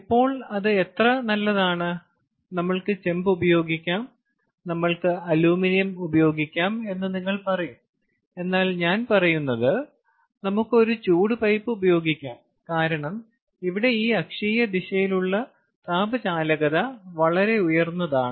ഇപ്പോൾ അത് എത്ര നല്ലതാണ് നമ്മൾക്ക് ചെമ്പ് ഉപയോഗിക്കാം നമ്മൾക്ക് അലുമിനിയം ഉപയോഗിക്കാം എന്ന് നിങ്ങൾ പറയും എന്നാൽ ഞാൻ പറയുന്നത് നമുക്ക് ഒരു ചൂട് പൈപ്പ് ഉപയോഗിക്കാം കാരണം ഇവിടെ ഈ അക്ഷീയ ദിശയിലുള്ള താപചാലകത വളരെ ഉയർന്നതാണ്